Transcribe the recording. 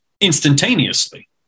instantaneously